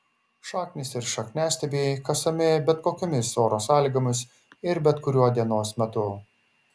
šaknys ir šakniastiebiai kasami bet kokiomis oro sąlygomis ir bet kuriuo dienos metu